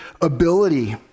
ability